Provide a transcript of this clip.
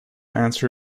answer